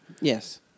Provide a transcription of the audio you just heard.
Yes